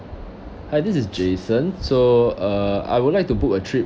hi this is jason so uh I would like to book a trip